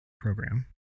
program